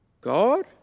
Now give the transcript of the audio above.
God